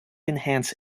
enhance